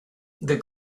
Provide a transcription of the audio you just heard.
the